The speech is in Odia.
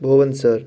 ଭୁବନେଶ୍ଵର